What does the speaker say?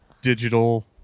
digital